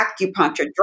acupuncture